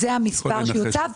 זה המספר שיוצב.